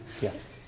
Yes